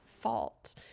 fault